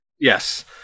Yes